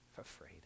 afraid